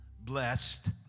blessed